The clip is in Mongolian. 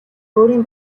өөрийн